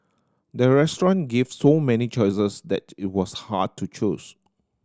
the restaurant gave so many choices that it was hard to choose